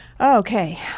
Okay